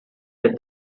that